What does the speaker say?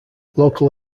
local